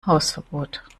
hausverbot